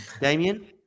Damien